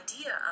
idea